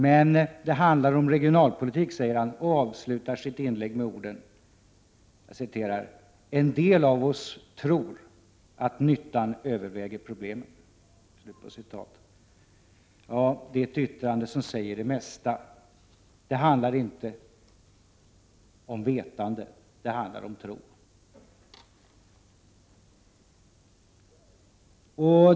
Men det handlar om regionalpolitik, säger han, och avslutar sitt inlägg med orden: ”En del av oss tror att nyttan överväger problemen.” Detta är ett yttrande som säger det mesta. Det handlar inte om vetande, det handlar om tro.